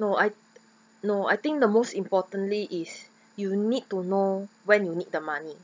no I no I think the most importantly is you need to know when you need the money